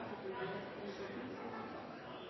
har fått en